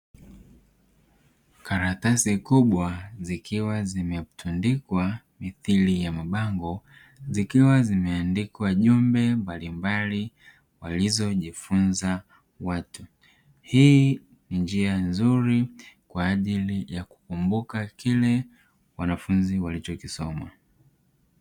Karatasi kubwa zikiwa zimetundikwa mithili ya mabango zikiwa zimeandikwa jumbe mbalimbali walizojifunza watu hii njia nzuri kwa ajili ya kukumbuka kile wanafunzi walichokisoma.